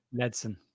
Ledson